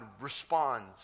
responds